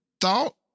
thought